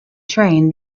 train